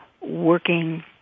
working